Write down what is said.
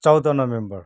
चौध नोभेम्बर